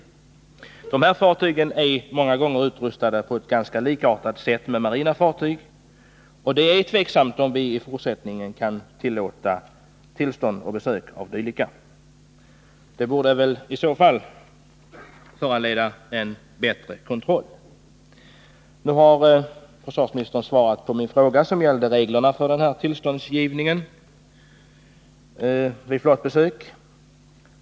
De är många gånger utrustade på ett med örlogsfartyg ganska likartat sätt, och det är tveksamt om vi i fortsättningen bör ge tillstånd för besök av dylika fartyg. I varje fall vore det på sin plats med en bättre kontroll. Försvarsministern har svarat på min fråga, som gällde reglerna för tillståndsgivning vid flottbesök.